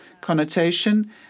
connotation